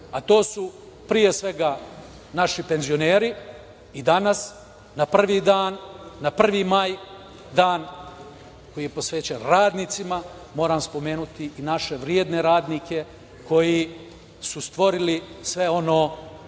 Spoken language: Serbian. a to su pre svega naši penzioneri. Danas, na 1. maj, dan koji je posvećen radnicima, moram spomenuti i naše vredne radnike koji su stvorili sve ono